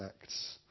Acts